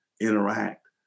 interact